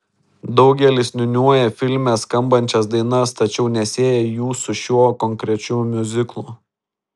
daugelis niūniuoja filme skambančias dainas tačiau nesieja jų su šiuo konkrečiu miuziklu